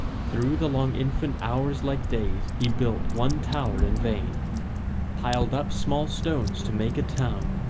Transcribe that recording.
through the long infant hours like days he built one tower in vain piled up small stones to make a town,